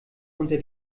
unter